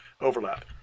overlap